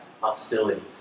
hostility